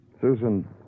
Susan